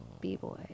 b-boy